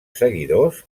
seguidors